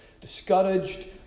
Discouraged